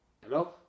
hello